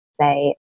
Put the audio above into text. say